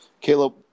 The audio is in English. Caleb